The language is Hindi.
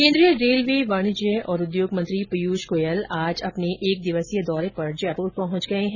केन्द्रीय रेलवे वाणिज्य और उद्योग मंत्री पीयूष गोयल आज अपने एक दिवसीय दौरे पर जयपुर पहुंच गए हैं